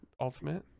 Ultimate